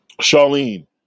Charlene